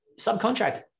Subcontract